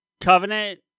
Covenant